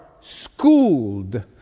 schooled